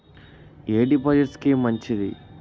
ఎ deposit scheme మంచిది?